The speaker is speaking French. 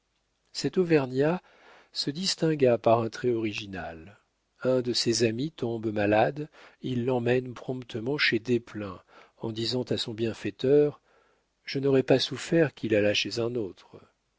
cet auvergnat se distingua par un trait original un de ses amis tombe malade il l'emmène promptement chez desplein en disant à son bienfaiteur je n'aurais pas souffert qu'il allât chez un autre